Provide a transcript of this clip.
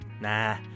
Nah